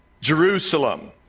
Jerusalem